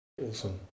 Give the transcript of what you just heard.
Awesome